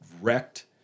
wrecked